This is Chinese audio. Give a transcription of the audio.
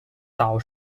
早熟